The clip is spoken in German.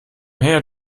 her